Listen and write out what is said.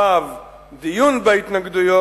ו' דיון בהתנגדויות,